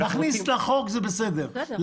זה בסדר להכניס לחוק,